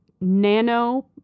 nano